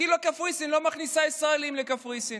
כי קפריסין לא מכניסה ישראלים לקפריסין.